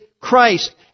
Christ